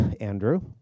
Andrew